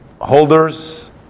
holders